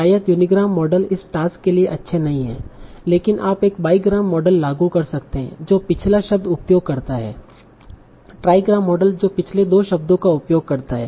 शायद unigram model इस task के लिए अच्छे नहीं हैं लेकिन आप एक बाईग्राम मॉडल लागू कर सकते हैं जो पिछला शब्द उपयोग करता है ट्राइग्राम मॉडल जो पिछले दो शब्दों का उपयोग करता है